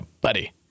buddy